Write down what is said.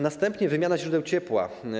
Następnie wymiana źródeł ciepła.